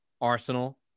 Arsenal